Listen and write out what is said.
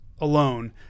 alone